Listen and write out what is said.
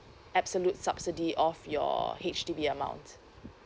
absolute subsidy of your H_D_B amount